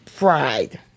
Fried